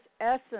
essence